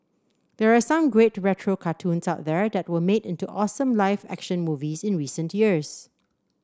there are some great retro cartoons out there that were made into awesome live action movies in recent years